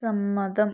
സമ്മതം